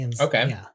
Okay